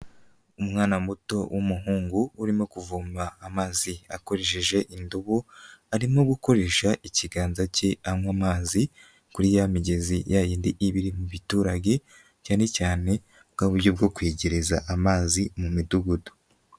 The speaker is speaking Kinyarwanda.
Umwana muto w'umuhungu urimo kuvoma amazi akoresheje indobo arimo gukoresha ikiganza cye anywa amazi kuri ya migezi ya yindi iba iri mu biturage cyane cyane bwa buryo bwo kwegereza amazi mu midugudu.